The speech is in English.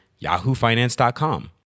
yahoofinance.com